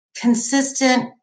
consistent